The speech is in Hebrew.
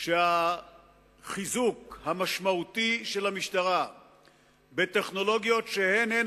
שהחיזוק המשמעותי של המשטרה בטכנולוגיות שהן-הן